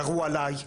ירו עליי,